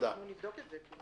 נבדוק את זה.